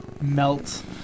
melt